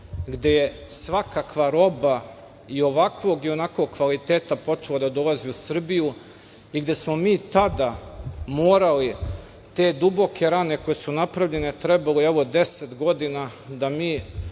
gde je svakakva roba i ovakvog i onakvog kvaliteta počela da dolazi u Srbiju i gde smo mi tada morali te duboke rane koje su napravljene, a trebalo je evo 10 godina da mi